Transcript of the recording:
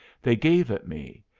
they gave it me,